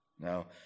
Now